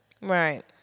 Right